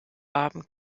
haben